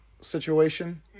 situation